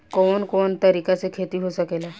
कवन कवन तरीका से खेती हो सकेला